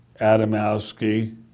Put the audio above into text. Adamowski